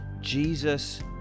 Jesus